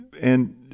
And-